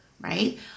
right